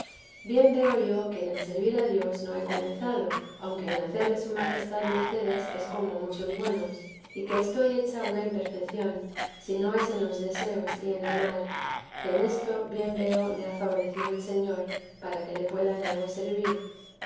bien veo yo que en el servir a dios no he comenzado aunque en hacerme su majestad mercedes es como a muchos buenos y que estoy hecha una imperfección si no es en los deseos y en amar que en esto bien veo me ha favorecido el señor para que le pueda en algo servir